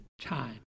time